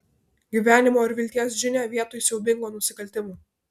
gyvenimo ir vilties žinią vietoj siaubingo nusikaltimo